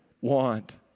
want